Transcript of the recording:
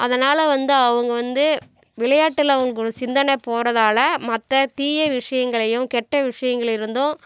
அதனால் வந்து அவங்க வந்து விளையாட்டில் அவங்களோட சிந்தனை போகிறதால மற்ற தீய விஷயங்களயும் கெட்ட விஷயங்களில் இருந்தும்